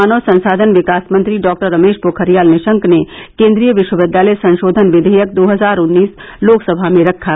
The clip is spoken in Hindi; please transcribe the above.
मानव संसाधन विकास मंत्री डॉक्टर रमेश पोखरियाल निशंक ने केन्द्रीय विश्वविद्यालय संशोधन विधेयक दो हजार उन्नीस लोकसभा में रखा